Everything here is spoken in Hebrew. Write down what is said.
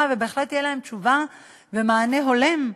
ובהחלט יהיו להם תשובה ומענה הולם.